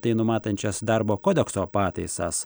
tai numatančias darbo kodekso pataisas